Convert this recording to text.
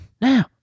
Now